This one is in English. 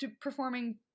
performing